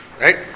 right